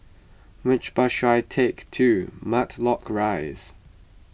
which bus should I take to Matlock Rise